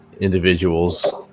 individuals